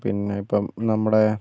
പിന്നെ ഇപ്പം നമ്മുടെ